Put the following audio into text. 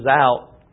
out